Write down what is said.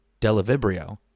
Delavibrio